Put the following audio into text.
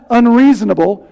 unreasonable